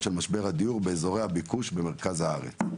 של משבר הדיור באזורי הביקוש במרכז הארץ.